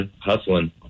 hustling